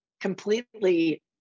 completely